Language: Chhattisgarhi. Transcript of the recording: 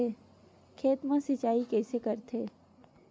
खेत मा सिंचाई कइसे करथे?